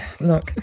look